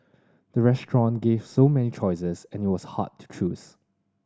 the restaurant gave so many choices and it was hard to choose